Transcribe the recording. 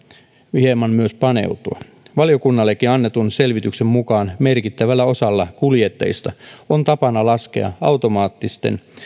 hieman myös paneutua valiokunnallekin annetun selvityksen mukaan merkittävällä osalla kuljettajista on tapana laskea automaattisten